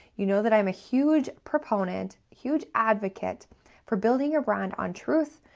you know that i'm a huge proponent, huge advocate for building your brand on truth,